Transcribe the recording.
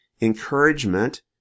encouragement